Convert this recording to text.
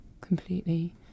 completely